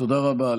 תודה רבה.